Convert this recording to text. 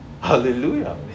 Hallelujah